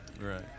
right